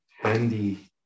handy